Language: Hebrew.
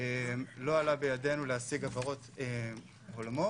לא עלה בידינו להשיג הבהרות הולמות.